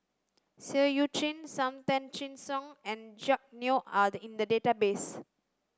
Seah Eu Chin Sam Tan Chin Siong and Jack Neo are in the database